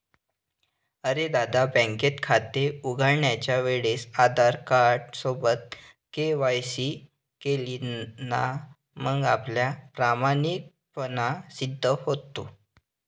अरे दादा, बँकेत खाते उघडण्याच्या वेळेस आधार कार्ड सोबत के.वाय.सी केली ना मग आपला प्रामाणिकपणा सिद्ध होतो